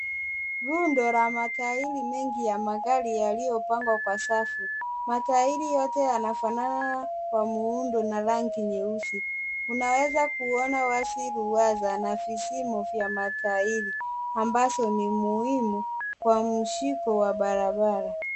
Rundo la matairi mengi ya magari yaliyopangwa kwa safu. Matairi yote yanafanana kwa muundo na rangi nyeusi. Unaweza kuona wazi ruwaza na vizimo vya matairi, ambazo ni muhimu kwa mshiko wa barabara.